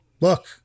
look